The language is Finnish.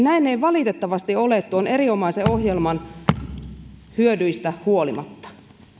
näin ei valitettavasti ole tuon erinomaisen ohjelman hyödyistä huolimatta